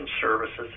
services